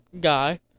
guy